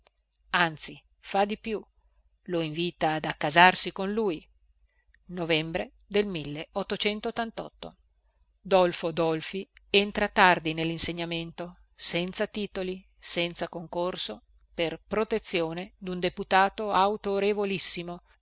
anzi fa di più lo invita ad accasarsi con lui olfo olfi entra tardi nellinsegnamento senza titoli senza concorso per protezione dun deputato autorevolissimo